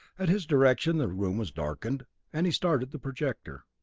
at his direction the room was darkened and he started the projector.